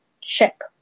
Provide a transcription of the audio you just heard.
check